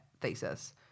thesis